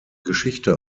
geschichte